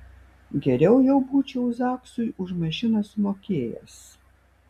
geriau jau būčiau zaksui už mašiną sumokėjęs